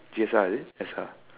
G_S_R is it S_R